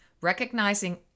recognizing